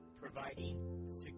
providing